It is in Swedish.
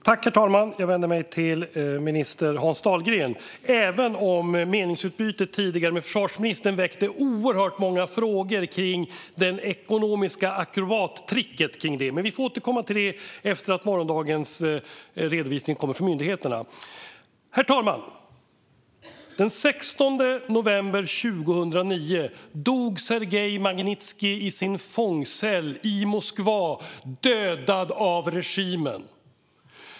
Herr talman! Jag vänder mig till minister Hans Dahlgren, även om det tidigare meningsutbytet med försvarsministern väckte oerhört många frågor om det ekonomiska akrobattricket, något vi får återkomma till efter att morgondagens redovisning kommit från myndigheterna. Herr talman! Den 16 november 2009 dog Sergej Magnitskij i sin fångcell i Moskva, dödad av regimen.